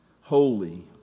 holy